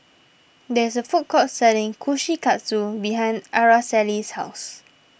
there is a food court selling Kushikatsu behind Araceli's house